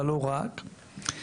אבל לא רק מאותם טעמים.